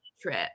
trip